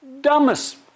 dumbest